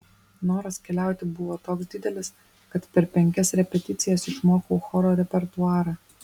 noras keliauti buvo toks didelis kad per penkias repeticijas išmokau choro repertuarą